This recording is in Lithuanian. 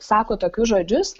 sako tokius žodžius